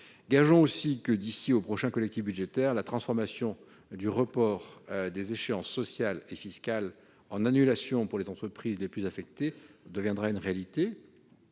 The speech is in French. Gageons aussi que, d'ici au prochain collectif budgétaire, la transformation du report des échéances sociales et fiscales en annulation pour les entreprises les plus affectées deviendra une réalité.